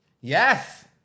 Yes